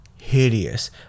hideous